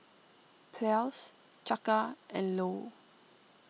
Ples Chaka and Lou